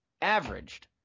averaged